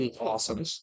awesome